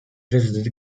visited